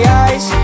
eyes